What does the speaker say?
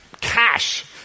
Cash